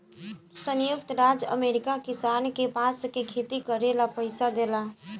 संयुक्त राज्य अमेरिका किसान के बांस के खेती करे ला पइसा देला